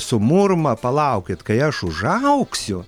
sumurma palaukit kai aš užaugsiu